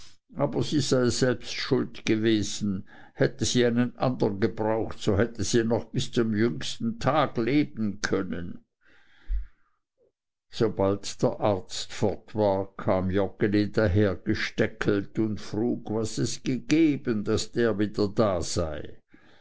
aber sie sei selbst schuld gewesen hätte sie einen andern gebraucht so hätte sie noch bis zum jüngsten tag leben können sobald der arzt fort war kam joggeli dahergesteckelt und frug was es gegeben daß der wieder da sei